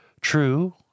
True